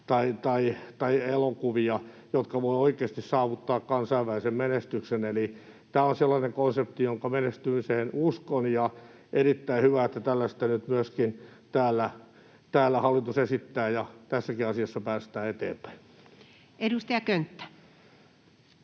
tai elokuvia, jotka voivat oikeasti saavuttaa kansainvälisen menestyksen. Tämä on sellainen konsepti, jonka menestymiseen uskon, ja on erittäin hyvä, että tällaista nyt myöskin täällä hallitus esittää ja tässäkin asiassa päästään eteenpäin. [Speech 176]